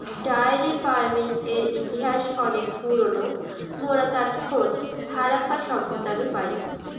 diary ফার্মিংয়ের ইতিহাস অনেক পুরোনো, মোরা তার খোঁজ হারাপ্পা সভ্যতা নু পাই